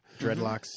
Dreadlocks